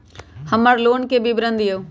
हमर लोन के विवरण दिउ